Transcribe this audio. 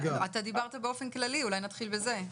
אתה דיברת באופן כללי, אולי נתחיל בזה.